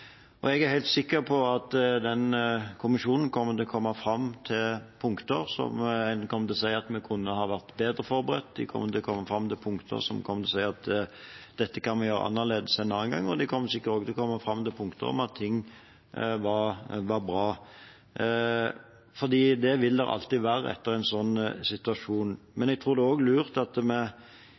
Jeg er helt sikker på at den kommisjonen kommer til å komme fram til punkter som kommer til å si at vi kunne ha vært bedre forberedt, de kommer til å komme fram til punkter som kommer til å si at dette kan vi gjøre annerledes en annen gang, og de kommer sikkert også til å komme fram til punkter om hva som var bra. Slik vil det alltid være etter en slik situasjon. Jeg tror det er lurt at vi